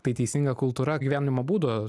tai teisinga kultūra gyvenimo būdo